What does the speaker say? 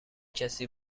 کسی